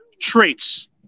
traits